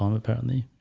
um apparently,